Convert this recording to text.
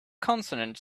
consonant